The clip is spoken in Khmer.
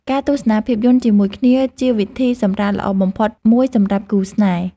ការទស្សនាភាពយន្តជាមួយគ្នាជាវិធីសម្រាកល្អបំផុតមួយសម្រាប់គូស្នេហ៍។